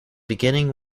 beginning